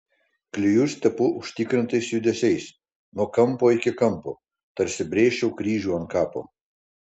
klijus tepu užtikrintais judesiais nuo kampo iki kampo tarsi brėžčiau kryžių ant kapo